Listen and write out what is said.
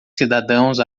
cidadãos